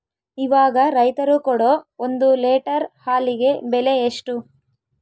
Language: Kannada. ಇವಾಗ ರೈತರು ಕೊಡೊ ಒಂದು ಲೇಟರ್ ಹಾಲಿಗೆ ಬೆಲೆ ಎಷ್ಟು?